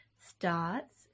starts